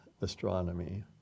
astronomy